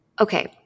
Okay